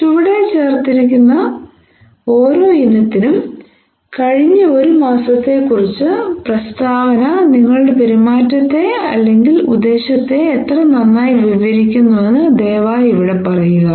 ചുവടെ ലിസ്റ്റുചെയ്തിരിക്കുന്ന ഓരോ ഇനത്തിനും കഴിഞ്ഞ ഒരു മാസത്തെക്കുറിച്ച് പ്രസ്താവന നിങ്ങളുടെ പെരുമാറ്റത്തെ അല്ലെങ്കിൽ ഉദ്ദേശ്യത്തെ എത്ര നന്നായി വിവരിക്കുന്നുവെന്ന് ദയവായി ഇവിടെ പറയുക